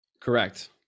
Correct